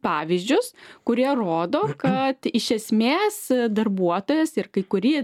pavyzdžius kurie rodo kad iš esmės darbuotojas ir kai kurie